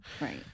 right